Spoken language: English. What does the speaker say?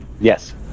Yes